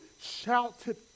shouted